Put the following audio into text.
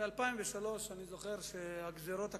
ב-2003 אני זוכר את הגזירות הקשות,